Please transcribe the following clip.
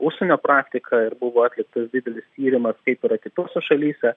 užsienio praktiką ir buvo atliktas didelis tyrimas kaip yra kitose šalyse